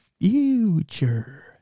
future